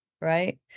right